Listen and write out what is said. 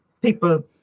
people